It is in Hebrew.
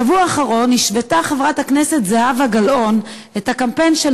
בשבוע האחרון השוותה חברת הכנסת זהבה גלאון את הקמפיין של